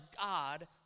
God